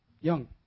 young